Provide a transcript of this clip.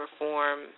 reform